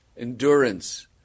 endurance